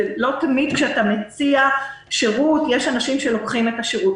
לא תמיד כשאתה מציע שירות יש אנשים שלוקחים את השירות.